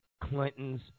clinton's